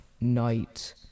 night